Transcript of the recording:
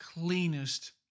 cleanest